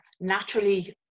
naturally